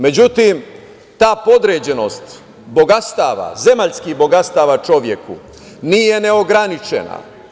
Međutim, ta podređenost bogatstava, zemaljskih bogatstava čoveku, nije neograničena.